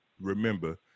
remember